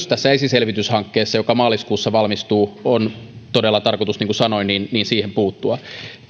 tässä esiselvityshankkeessa joka maaliskuussa valmistuu on todella tarkoitus niin kuin sanoin myös siihen puuttua